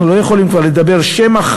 אנחנו לא יכולים כבר לדבר על שמא,